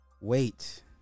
Wait